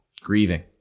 grieving